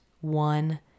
one